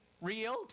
real